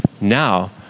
now